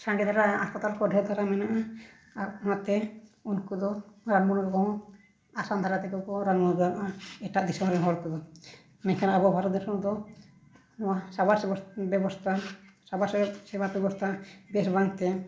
ᱥᱟᱸᱜᱮ ᱫᱷᱟᱨᱟ ᱦᱟᱸᱥᱯᱟᱛᱟᱞ ᱠᱚ ᱰᱷᱮᱨ ᱫᱷᱟᱨᱟ ᱢᱮᱱᱟᱜᱼᱟ ᱟᱨ ᱚᱱᱟᱛᱮ ᱩᱱᱠᱩ ᱫᱚ ᱨᱟᱱ ᱢᱩᱨᱜᱟᱹᱱ ᱠᱚᱦᱚᱸ ᱟᱥᱟᱱ ᱫᱷᱟᱨᱟ ᱛᱮᱜᱮ ᱠᱚ ᱨᱟᱱ ᱢᱩᱨᱜᱟᱹᱱᱚᱜᱼᱟ ᱮᱴᱟᱜ ᱫᱤᱥᱚᱢ ᱨᱮᱱ ᱦᱚᱲ ᱠᱚᱫᱚ ᱢᱮᱱᱠᱷᱟᱱ ᱟᱵᱚ ᱵᱷᱟᱨᱚᱛ ᱫᱤᱥᱚᱢ ᱨᱮᱫᱚ ᱱᱚᱣᱟ ᱥᱟᱶᱟᱨ ᱵᱮᱵᱚᱥᱛᱷᱟ ᱵᱮᱵᱚᱥᱛᱷᱟ ᱥᱟᱶᱟᱨ ᱥᱮᱵᱟ ᱵᱮᱵᱚᱥᱛᱷᱟ ᱵᱮᱥ ᱵᱟᱝ ᱛᱮ